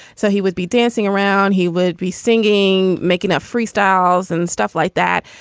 so he would be dancing around he would be singing making out free styles and stuff like that.